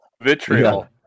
vitriol